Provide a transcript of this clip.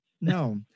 No